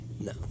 No